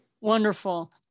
Wonderful